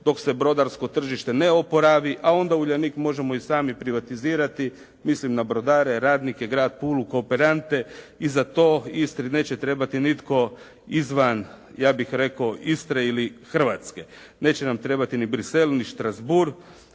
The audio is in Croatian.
dok se brodarsko tržište ne oporavi, a onda Uljanik možemo i sami privatizirati. Mislim na brodare, radnike, grad Pulu, kooperante i za to Istri neće trebati nitko izvan, ja bih rekao, Istre ili Hrvatske. Neće nam trebati ni Bruxelles ni Strassbourg